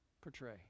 portray